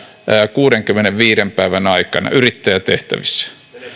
kuudenkymmenenviiden päivän aikana yrittäjätehtävissä